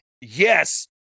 Yes